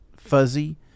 fuzzy